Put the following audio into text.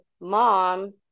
mom